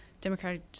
Democratic